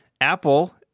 Apple